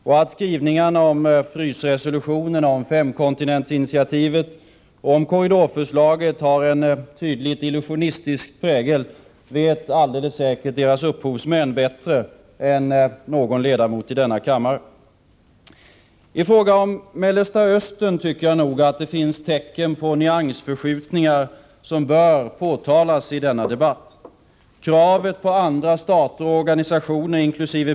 Och att skrivningarna om frysresolutionen, om femkontinentsinitiativet och om korridorförslaget har en tydlig illusionistisk prägel vet alldeles säkert deras upphovsmän bättre än någon ledamot i denna kammare. I fråga om Mellersta Östern tycker jag nog att det finns tecken på nyansförskjutningar som bör påtalas i denna debatt. Kravet på andra stater och organisationer, inkl.